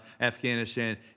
Afghanistan